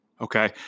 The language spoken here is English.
Okay